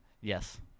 Yes